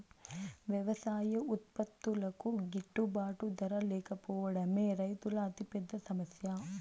వ్యవసాయ ఉత్పత్తులకు గిట్టుబాటు ధర లేకపోవడమే రైతుల అతిపెద్ద సమస్య